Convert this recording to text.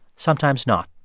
sometimes not.